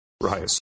Right